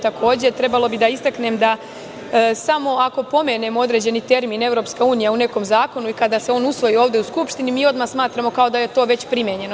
Takođe, trebalo bi da istaknem da samo ako pomenemo određeni termin EU u nekom zakonu i kada se on usvoji ovde u Skupštini, mi odmah smatramo kao da je to već primenjeno.